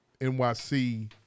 NYC